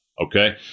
Okay